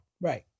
Right